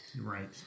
right